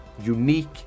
unique